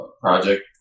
project